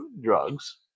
drugs